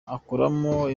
akoramo